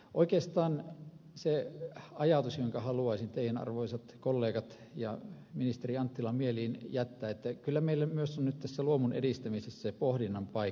oikeastaan se ajatus jonka haluaisin teidän arvoisat kollegat ja ministeri anttila mieliinne jättää on se että kyllä meillä on nyt myös tässä luomun edistämisessä pohdinnan paikka